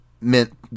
meant